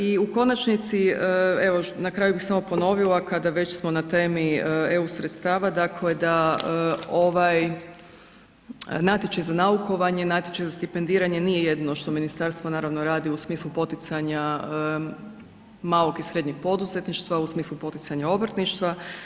I u konačnici, evo na kraju bi samo ponovila, kada već smo na temi EU sredstava dakle da ovaj natječaj za naukovanje, natječaj za stipendiranje nije jedino što ministarstvo naravno radi u smislu poticanja malog i srednjeg poduzetništva, u smislu poticanja obrtništva.